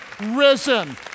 risen